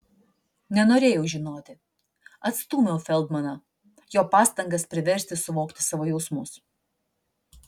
nenorėjau žinoti atstūmiau feldmaną jo pastangas priversti suvokti savo jausmus